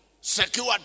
secure